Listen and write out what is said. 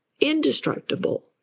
indestructible